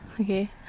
Okay